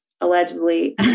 allegedly